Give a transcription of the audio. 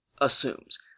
assumes